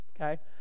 okay